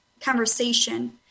conversation